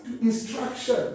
instruction